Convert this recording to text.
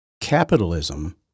capitalism